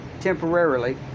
temporarily